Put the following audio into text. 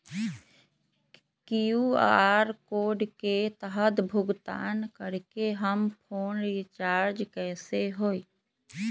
QR code के तहद भुगतान करके हम फोन रिचार्ज कैसे होई?